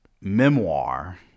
memoir